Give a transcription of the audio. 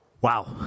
Wow